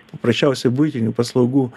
paprasčiausiai buitinių paslaugų